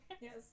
Yes